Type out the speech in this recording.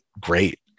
great